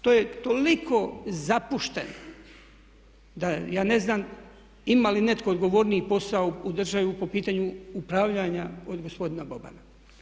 To je toliko zapušteno, da ja ne znam ima li netko odgovorniji posao u državi po pitanju upravljanja od gospodina Bobana.